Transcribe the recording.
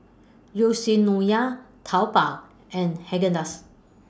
Yoshinoya Taobao and Haagen Dazs